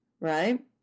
right